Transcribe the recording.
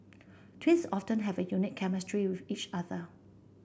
twins often have a unique chemistry with each other